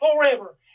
forever